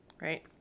Right